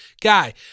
guy